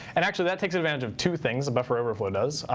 and actually, that takes advantage of two things, a buffer overflow does.